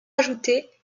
ajoutée